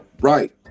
right